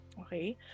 Okay